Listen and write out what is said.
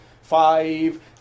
five